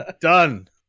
Done